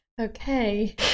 Okay